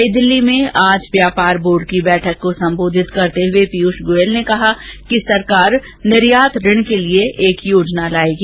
नई दिल्ली में आज व्यापार बोर्ड की बैठक को संबोधित करते हुए पीयूष गोयल ने कहा कि सरकार निर्यात ऋण के लिए एक योजना बनाएगी